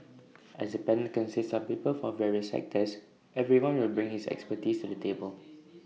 as the panel consists of people from various sectors everyone will bring his expertise to the table